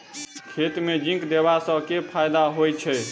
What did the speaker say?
खेत मे जिंक देबा सँ केँ फायदा होइ छैय?